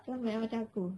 comel kan macam aku